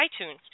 iTunes